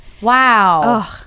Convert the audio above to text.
Wow